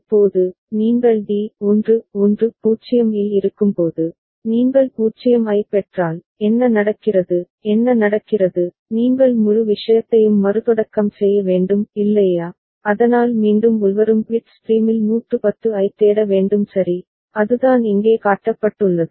இப்போது நீங்கள் d 1 1 0 இல் இருக்கும்போது நீங்கள் 0 ஐப் பெற்றால் என்ன நடக்கிறது என்ன நடக்கிறது நீங்கள் முழு விஷயத்தையும் மறுதொடக்கம் செய்ய வேண்டும் இல்லையா அதனால் மீண்டும் உள்வரும் பிட் ஸ்ட்ரீமில் 110 ஐத் தேட வேண்டும் சரி அதுதான் இங்கே காட்டப்பட்டுள்ளது